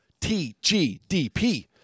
TGDP